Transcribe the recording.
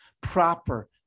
Proper